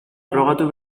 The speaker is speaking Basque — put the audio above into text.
frogatu